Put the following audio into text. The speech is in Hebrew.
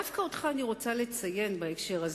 דווקא אותך אני רוצה לציין בהקשר הזה.